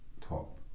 top